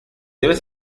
debes